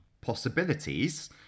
possibilities